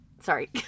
sorry